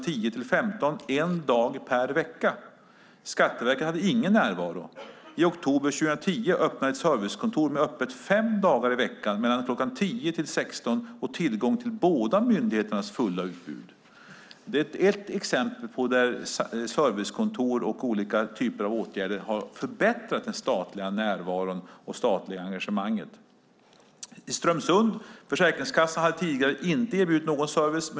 10-15 en dag i veckan. Skatteverket hade ingen närvaro. I oktober 2010 öppnades ett servicekontor som har öppet fem dagar i veckan mellan kl. 10 och 16 med tillgång till båda myndigheternas fulla utbud. Det är ett exempel där servicekontor och olika åtgärder har förbättrat den statliga närvaron och det statliga engagemanget. I Strömsund erbjöd Försäkringskassan tidigare inte någon service.